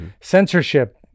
censorship